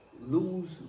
lose